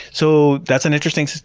so that's an interesting